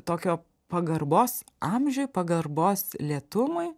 tokio pagarbos amžiui pagarbos lėtumui